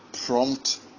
prompt